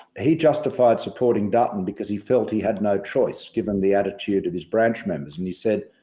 he justified supporting dutton because he felt he had no choice given the attitude of his branch members. and he said,